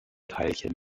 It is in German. teilchen